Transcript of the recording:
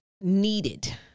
needed